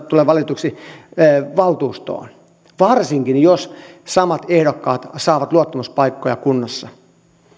tule valituiksi valtuustoon varsinkin jos samat ehdokkaat saavat luottamuspaikkoja kunnassa